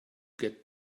get